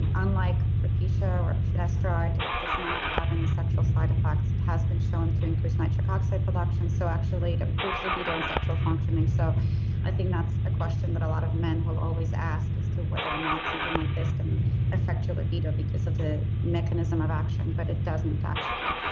unlike propecia or finasteride, it does not have any sexual side effects. it has been shown to increase nitric oxide production. so actually, it improves libido and sexual functioning. so i think that's a question that a lot of men will always ask as to whether or not something like this can affect your libido because of the mechanism of action. but it doesn't actually.